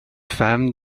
femme